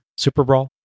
Superbrawl